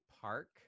park